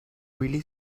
really